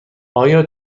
آیا